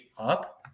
up